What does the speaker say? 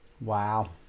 Wow